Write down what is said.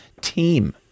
team